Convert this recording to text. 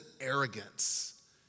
arrogance